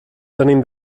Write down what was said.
tenim